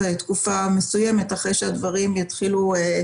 התקדמות המענים וגם אחרי המסר שעובר לציבור בעניין הזה.